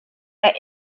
der